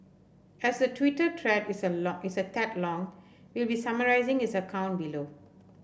as the Twitter thread is a long is a tad long we'll be summarising his account below